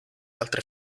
altre